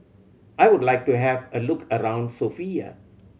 I would like to have a look around Sofia